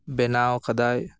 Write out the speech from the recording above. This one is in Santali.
ᱵᱮᱱᱟᱣ ᱠᱟᱫᱟᱭ